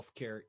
healthcare